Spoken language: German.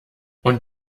und